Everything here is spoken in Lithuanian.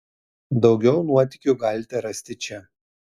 daugiau nuotykių galite rasti čia